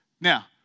Now